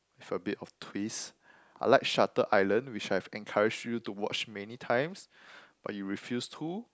with a bit of twist I like shutter island which I've encourage you to watch many times but you refuse to